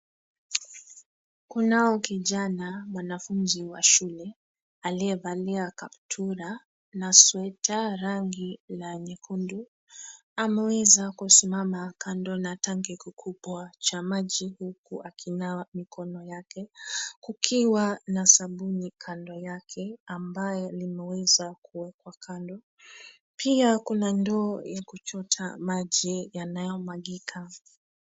Kunao kijana mwanafunzi wa shule aliyevalia kaptura na sweta rangi la nyekundu, ameweza kusimama kando na tangi kikubwa cha maji huku akinawa mikono yake, kukiwa na sabuni kando yake ambayo limeweza kuwekwa kando. Pia kuna ndoo ya kuchota maji yanayomwagika.